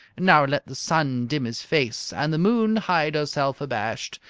now let the sun dim his face and the moon hide herself abashed.